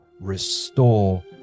restore